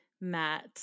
Matt